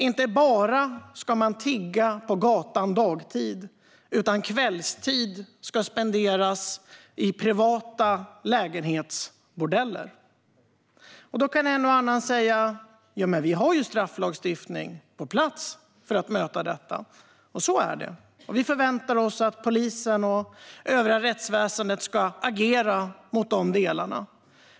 Inte bara ska man tigga på gatan dagtid; kvällarna ska spenderas i privata lägenhetsbordeller. Då kan en och annan säga "jomen, vi har ju strafflagstiftning på plats för att möta detta". Så är det, och vi förväntar oss att polisen och övriga rättsväsendet ska agera mot de delarna.